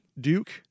Duke